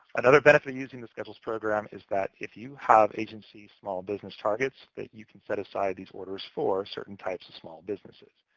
another benefit of using the schedules program is that if you have agency small business targets that you can set aside these orders for, certain types of small businesses.